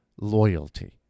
loyalty